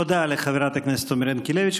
תודה לחברת הכנסת עומר ינקלביץ'.